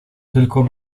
tylko